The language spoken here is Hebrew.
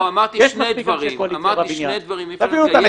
עודד לא, אמרתי שני דברים -- תביאו אותם.